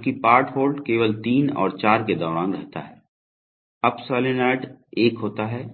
जबकि part hold केवल 3 और 4 के दौरान रहता है अप सॉलोनॉइड 1 होता हैं